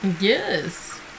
Yes